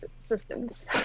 systems